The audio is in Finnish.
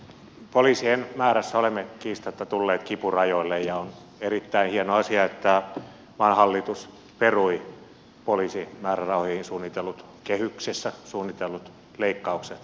poliisien määrässä olemme kiistatta tulleet kipurajoille ja on erittäin hieno asia että maan hallitus perui poliisimäärärahoihin kehyksissä suunnitellut leikkaukset